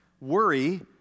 worry